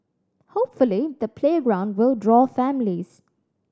hopefully the playground will draw families